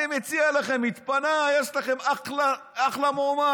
אני מציע לכם, התפנה, יש לכם אחלה מועמד.